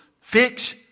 fix